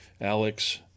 Alex